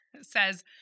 says